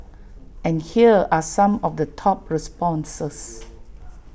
and here are some of the top responses